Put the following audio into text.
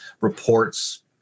reports